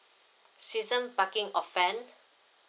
season parking offense